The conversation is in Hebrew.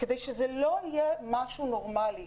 כדי שזה לא יהיה משהו נורמלי.